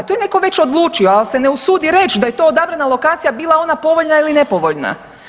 To je netko već odlučio, ali se ne usudi reći da je to odabrana lokacija bila ona povoljna ili nepovoljna.